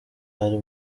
ari